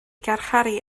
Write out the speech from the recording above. garcharu